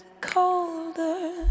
colder